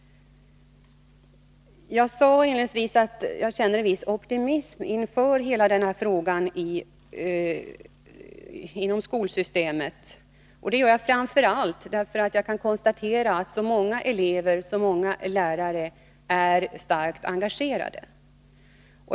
Jag sade inledningsvis att jag känner viss optimism inför hanteringen av denna fråga inom skolsystemet. Det gör jag framför allt därför att jag kan konstatera att så många elever och lärare är starkt engagerade.